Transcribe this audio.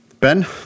Ben